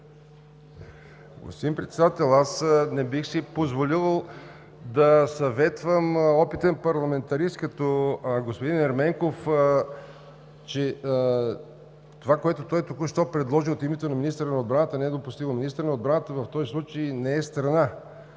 Господин Председател, не бих си позволил да съветвам опитен парламентарист като господин Ерменков, че това, което той току-що предложи от името на министъра на отбраната, не е допустимо. Министърът на отбраната в този случай не е страна.